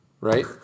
Right